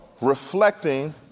reflecting